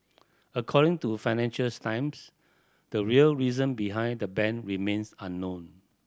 according to Financials Times the real reason behind the ban remains unknown